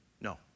No